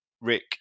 Rick